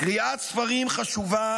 קריאת ספרים חשובה